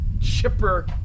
chipper